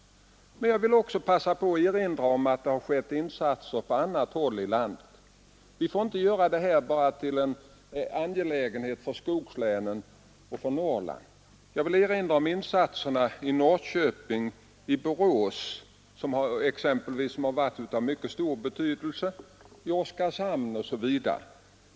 Men jag vill också begagna tillfället att erinra om att insatser har gjorts på annat håll i landet. Vi får inte göra regionalpolitiken enbart till en angelägenhet för skogslänen och för Norrland. Jag vill erinra om insatserna exempelvis i Norrköping och Borås, som varit av mycket stor betydelse, i Oskarshamn osv.